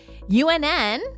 UNN